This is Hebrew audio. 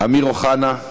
אמיר אוחנה,